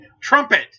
Trumpet